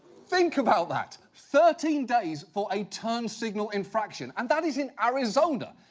think about that. thirteen days for a turn signal infraction. and that is in arizona,